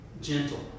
gentle